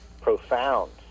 profound